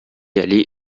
aller